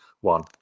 one